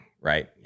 right